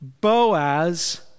Boaz